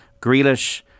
Grealish